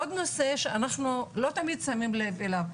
עוד נושא, שאנחנו לא תמיד שמים לב אליו.